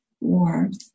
warmth